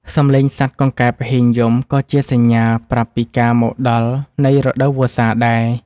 សំឡេងសត្វកង្កែបហ៊ីងយំក៏ជាសញ្ញាប្រាប់ពីការមកដល់នៃរដូវវស្សាដែរ។